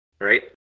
right